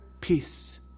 peace